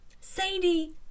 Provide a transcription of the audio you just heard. Sadie